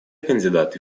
кандидаты